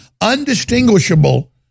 undistinguishable